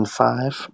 five